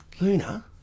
Luna